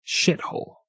shithole